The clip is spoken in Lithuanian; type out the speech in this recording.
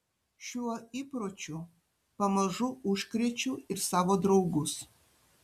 šiuo įpročiu pamažu užkrečiu ir savo draugus